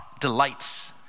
delights